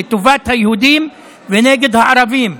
לטובת היהודים ונגד הערבים.